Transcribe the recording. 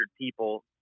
people